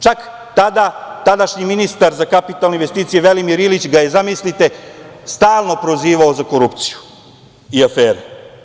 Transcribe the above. Čak ga je i tadašnji ministar za kapitalne investicije, Velimir Ilić, zamislite, stalno prozivao za korupciju i afere.